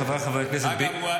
חבריי חברי הכנסת --- אגב,